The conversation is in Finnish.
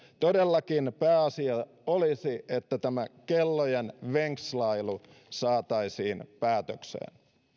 todellakin pääasia olisi että tämä kellojen venkslailu saataisiin päätökseen